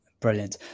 Brilliant